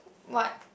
what